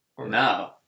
No